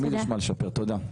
תמיד יש מה לשפר, תודה.